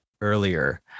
earlier